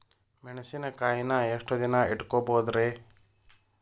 ಮೆಣಸಿನಕಾಯಿನಾ ಎಷ್ಟ ದಿನ ಇಟ್ಕೋಬೊದ್ರೇ?